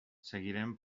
seguirem